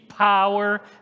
Power